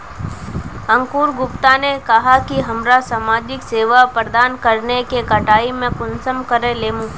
अंकूर गुप्ता ने कहाँ की हमरा समाजिक सेवा प्रदान करने के कटाई में कुंसम करे लेमु?